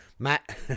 Matt